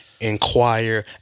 inquire